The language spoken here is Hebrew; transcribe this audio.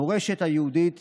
המורשת היהודית